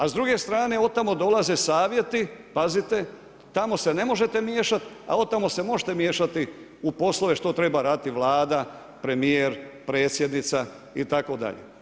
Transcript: A s druge strane od tamo dolaze savjeti, pazite, tamo se ne možete miješati a od tamo se možete miješati u poslove što treba raditi Vlada, premijer, predsjednica itd.